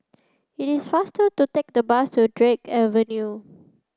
it is faster to take the bus to Drake Avenue